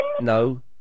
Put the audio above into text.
No